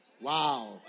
Wow